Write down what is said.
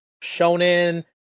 Shonen